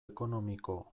ekonomiko